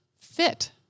fit